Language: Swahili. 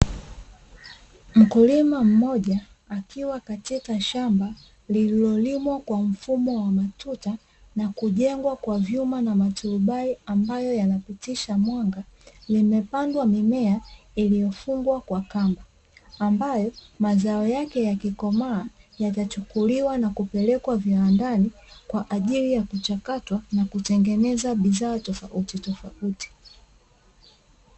Mkulima mmoja akiwa katika shamba lililolimwa kwa mfumo wa matuta na kujengwa kwa vyuma na maturubai ambayo yanapitisha mwanga, limepandwa mimea iliyofungwa kwa kamba ambayo mazao yake yakikomaa yatachukuliwa na kupelekwa viwandani kwa ajili ya kuchakatwa na kutengeneza bidhaa tofautitofauti.